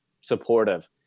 Supportive